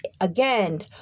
again